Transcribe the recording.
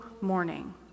morning